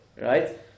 right